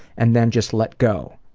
and then just let go.